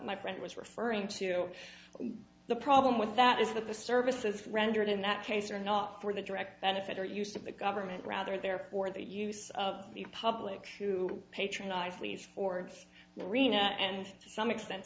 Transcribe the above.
my friend was referring to the problem with that is that the services rendered in that case are not for the direct benefit or use of the government rather they're for the use of the public to patronize lease for the marina and to some extent